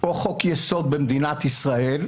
או חוק-יסוד במדינת ישראל,